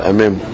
Amen